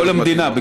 כל המדינה,